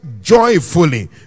joyfully